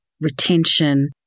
retention